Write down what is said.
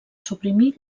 suprimir